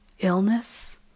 illness